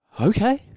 okay